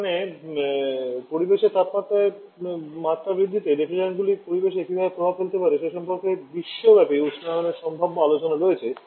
এখানে পরিবেশের তাপমাত্রার মাত্রা বৃদ্ধিতে রেফ্রিজারেন্টগুলি পরিবেশে কীভাবে প্রভাব ফেলতে পারে সে সম্পর্কে বিশ্বব্যাপী উষ্ণায়নের সম্ভাব্য আলোচনা রয়েছে